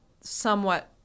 somewhat